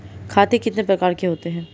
खाते कितने प्रकार के होते हैं?